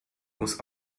muss